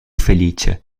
felice